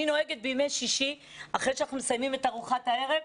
בימי שישי אחרי שאנחנו מסיימים את ארוחת הערב,